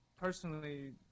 personally